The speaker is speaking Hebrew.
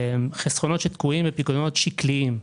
חסכונות שתקועים בפיקדונות שקליים.